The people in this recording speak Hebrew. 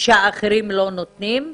שאחרים לא נותנים?